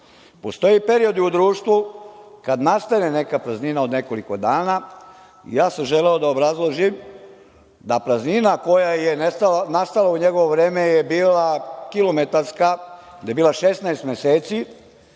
Postoje periodi u društvu kada nastane neka praznina od nekoliko dana i ja sam želeo da obrazložim da praznina koja je nastala u njegovo vreme je bila kilometarska, da je bila 16 meseci,